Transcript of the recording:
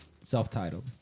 self-titled